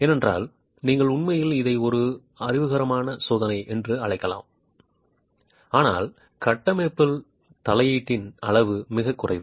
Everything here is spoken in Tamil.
ஏனென்றால் நீங்கள் உண்மையில் இதை ஒரு அழிவுகரமான சோதனை என்று அழைக்கலாம் ஆனால் கட்டமைப்பில் தலையீட்டின் அளவு மிகக் குறைவு